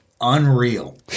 unreal